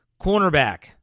cornerback